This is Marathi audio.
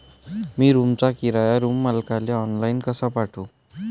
मी रूमचा किराया रूम मालकाले ऑनलाईन कसा पाठवू?